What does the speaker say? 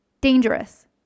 dangerous